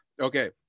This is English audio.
okay